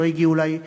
שלא הגיעו אולי בעבר.